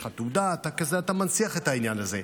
יש לך תעודה ואתה מנציח את העניין הזה.